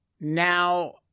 Now